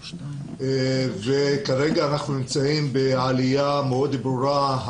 וכרגע אנחנו נמצאים בעלייה מאוד ברורה.